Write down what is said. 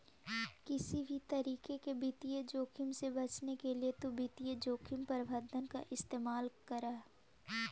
किसी भी तरीके के वित्तीय जोखिम से बचने के लिए तु वित्तीय जोखिम प्रबंधन का इस्तेमाल करअ